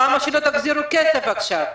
למה לא תחזירו עכשיו כסף?